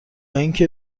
اینکه